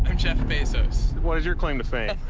and jeff bezos. what is your claim to fame?